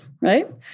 right